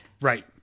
Right